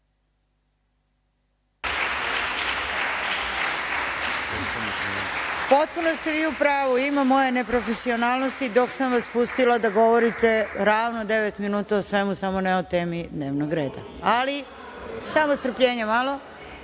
Potpuno ste vi u pravu. Ima moje neprofesionalnosti dok sam vas pustila da govorite ravno devet minuta o svemu, samo ne o temi dnevnog reda, ali samo strpljenja